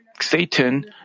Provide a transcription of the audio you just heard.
Satan